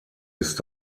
ist